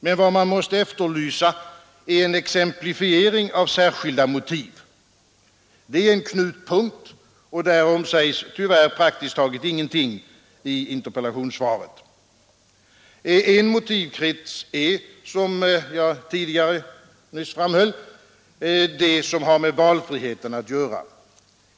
Men vad man måste efterlysa är en exemplifiering av dessa särskilda motiv. Det är en knutpunkt, och därom sägs tyvärr praktiskt taget ingenting i interpellationssvaret. En motivkrets är, som jag nyss framhöll, det som har med valfriheten att göra.